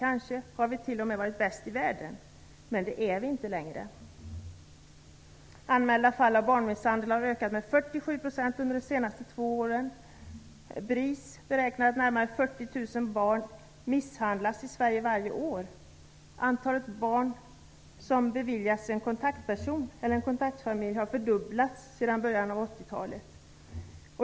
Vi har kanske t.o.m. varit bäst i världen, men det är vi inte längre. Antalet anmälda fall av barnmisshandel har ökat med 47 % under de senaste två åren. BRIS beräknar att närmare 40 000 barn misshandlas i Sverige varje år. Antalet barn som har beviljats en kontaktfamilj eller en kontaktperson har fördubblats sedan början av 80-talet.